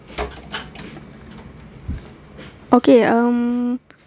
okay um